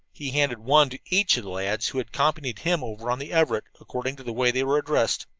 he handed one to each of the lads who had accompanied him over on the everett, according to the way they were addressed.